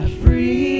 free